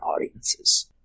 Audiences